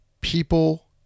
people